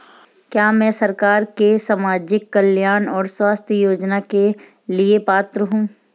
क्या मैं सरकार के सामाजिक कल्याण और स्वास्थ्य योजना के लिए पात्र हूं?